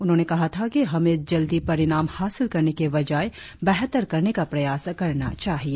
उन्होंने कहा था कि हमें जल्दी परिणाम हासिल करने की बजाय बेहतर करने का प्रयास करना चाहिए